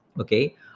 Okay